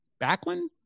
Backlund